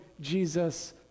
Jesus